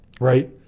right